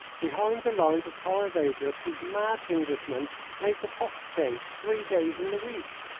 behind the lines of torres vedras these mad englishmen made the fox chase three days in the week.